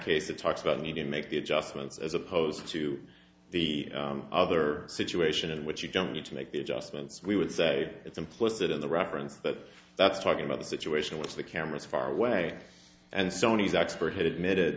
case it talks about the need to make the adjustments as opposed to the other situation in which you don't need to make the adjustments we would say it's implicit in the reference that that's talking about the situation with the cameras far away and sony's expert had admitted